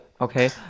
Okay